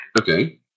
Okay